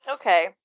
Okay